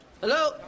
hello